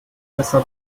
besser